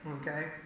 okay